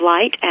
Light